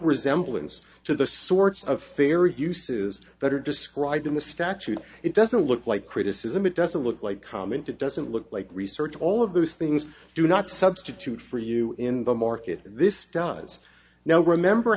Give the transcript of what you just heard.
resemblance to the sorts of fair uses that are described in the statute it doesn't look like criticism it doesn't look like comment it doesn't look like research all of those things do not substitute for you in the market this does now remember